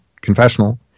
Confessional